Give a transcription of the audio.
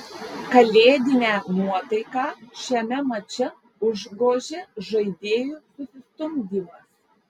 kalėdinę nuotaiką šiame mače užgožė žaidėjų susistumdymas